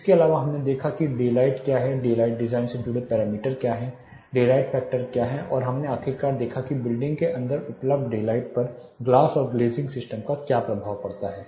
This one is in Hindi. इसके अलावा हमने देखा कि डेलाइट क्या है डेलाइट डिज़ाइन से जुड़े पैरामीटर क्या हैं डेलाइट फैक्टर क्या है और हमने आखिरकार देखा कि बिल्डिंग के अंदर उपलब्ध डेलाइट पर ग्लास और ग्लेज़िंग सिस्टम का क्या प्रभाव पड़ता है